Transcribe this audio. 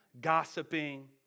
gossiping